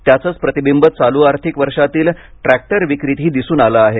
त्याचच प्रतिबिंब चालू आर्थिक वर्षातील ट्रॅक्टर विक्रीतही दिसून आलं आहे